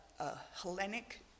Hellenic